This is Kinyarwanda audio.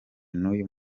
n’uyu